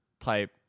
type